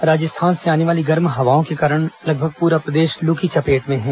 राजस्थान से आने वाली गर्म हवाओं के कारण लगभग पूरा प्रदेश लू की चपेट में है